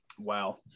Wow